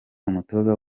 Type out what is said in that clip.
umutoza